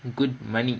good money